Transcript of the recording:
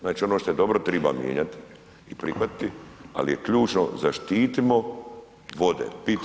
Znači ono što je dobro, treba mijenjati i prihvatiti ali je ključno zaštitimo vode, pitke vode.